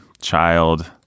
Child